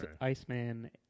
Iceman